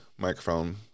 microphone